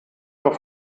auf